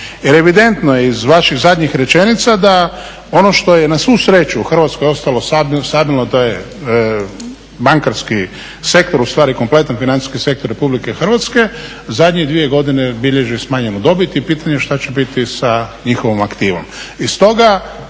jer evidentno je iz vaših zadnjih rečenica da ono što je na svu sreću u Hrvatskoj ostalo stabilno, a to je bankarski sektor, ustvari kompletan financijski sektor Republike Hrvatske, zadnje dvije godine bilježi smanjenu dobit i pitanje je šta će biti sa njihovom aktivom.